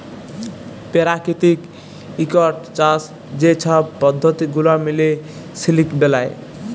পেরাকিতিক ইকট চাষ যে ছব পদ্ধতি গুলা মিলে সিলিক বেলায়